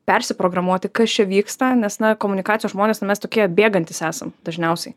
persiprogramuoti kas čia vyksta nes na komunikacijos žmonės na mes tokie bėgantys esam dažniausiai